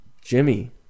Jimmy